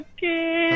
Okay